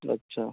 अच्छा